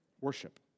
Worship